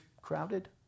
crowded